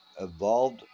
evolved